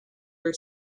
her